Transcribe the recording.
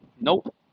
Nope